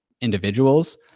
individuals